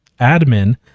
Admin